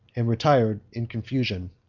and retired in confusion,